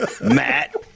Matt